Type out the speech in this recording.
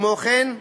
כמו כן,